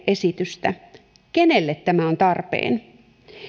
esitystä kenelle tämä on tarpeen